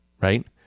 right